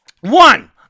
One